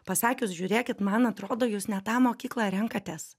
pasakius žiūrėkit man atrodo jūs ne tą mokyklą renkatės